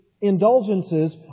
indulgences